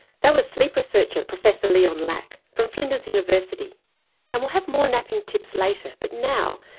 that was sleep researcher professor leon lack from flinders university and we'll have more napping tips later. but now,